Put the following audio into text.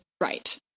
Right